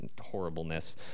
horribleness